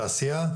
תעשייה,